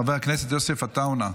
חבר הכנסת יוסף עטאונה,